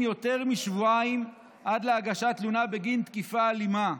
יותר משבועיים עד להגשת תלונה בגין תקיפה אלימה.